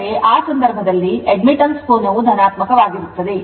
ಅಂದರೆ ಆ ಸಂದರ್ಭದಲ್ಲಿ admittance ಕೋನವು ಧನಾತ್ಮಕವಾಗಿರುತ್ತದೆ